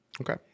Okay